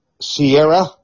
Sierra